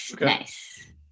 Nice